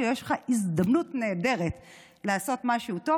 לו: יש לך הזדמנות נהדרת לעשות משהו טוב.